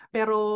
Pero